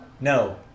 No